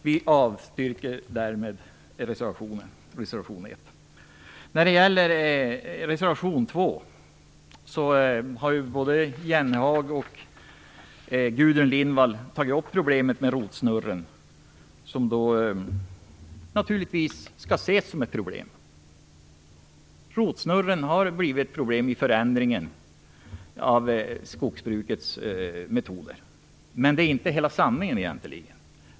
Vi avstyrker därmed reservation 1. När det gäller reservation 2 har både Jan Jennehag och Gudrun Lindvall tagit upp problemet med rotsnurr. Rotsnurr har blivit ett problem som förändringen av skogsbrukets metoder har medfört. Men det är egentligen inte hela sanningen.